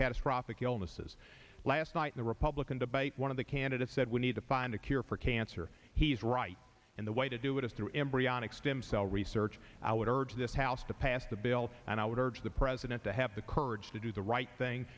catastrophic illnesses last night the republican debate one of the candidates said we need to find a cure for cancer he's right and the way to do it is through embryonic stem cell research i would urge this house to pass the bill and i would urge the president to have the courage to do the right thing